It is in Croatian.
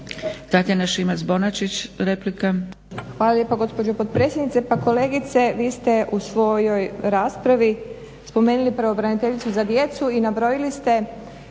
**Šimac Bonačić, Tatjana (SDP)** Hvala lijepa, gospođo potpredsjednice. Pa kolegice, vi ste u svojoj raspravi spomenuli pravobraniteljicu za djecu i nabrojili ste